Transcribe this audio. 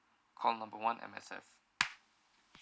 call number one M_S_F